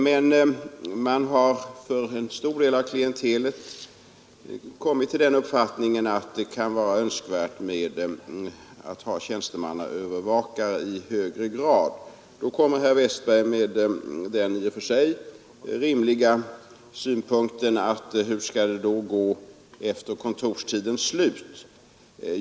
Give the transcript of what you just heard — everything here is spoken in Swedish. Men man har för en stor del av klientelet kommit till den uppfattningen att det kan vara önskvärt att i högre grad ha tjänstemannaövervakare. Då kommer herr Westberg med den i och för sig rimliga frågan: Hur skall det gå efter kontorstidens slut?